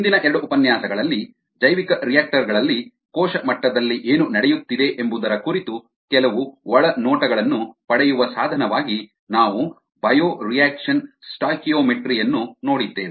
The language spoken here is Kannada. ಹಿಂದಿನ ಎರಡು ಉಪನ್ಯಾಸಗಳಲ್ಲಿ ಜೈವಿಕರಿಯಾಕ್ಟರ್ ಗಳಲ್ಲಿ ಕೋಶ ಮಟ್ಟದಲ್ಲಿ ಏನು ನಡೆಯುತ್ತಿದೆ ಎಂಬುದರ ಕುರಿತು ಕೆಲವು ಒಳನೋಟಗಳನ್ನು ಪಡೆಯುವ ಸಾಧನವಾಗಿ ನಾವು ಬಯೊರಿಯಾಕ್ಶನ್ ಸ್ಟಾಯ್ಕಿಯೋಮೆಟ್ರಿ ಯನ್ನು ನೋಡಿದ್ದೇವೆ